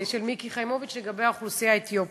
של מיקי חיימוביץ לגבי האוכלוסייה האתיופית.